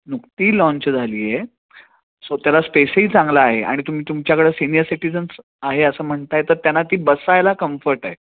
नुकती launch झाली आहे so त्याला स्पेसही चांगला आहे आणि तुम्ही तुमच्याकडं सिनियर सिटिजन्स आहे असं म्हणताय तर त्यांना ती बसायला कम्फर्ट आहे